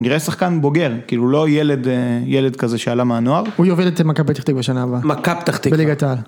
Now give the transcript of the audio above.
נראה שחקן בוגר, כאילו לא ילד, ילד כזה שעלה מהנוער. הוא יוביל את מכבי פתח תקווה בשנה הבאה. מקף תחתית.